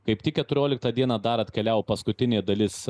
kaip tik keturioliktą dieną dar atkeliavo paskutinė dalis